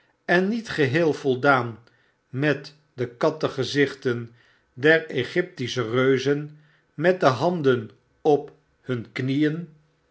en niet geheel voldaan met de kattengezichten der egyptische reuzen met de handen op hun kniegn